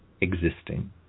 existing